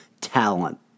talent